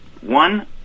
one